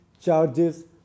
charges